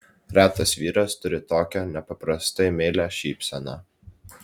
retas vyras turi tokią nepaprastai meilią šypseną